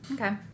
Okay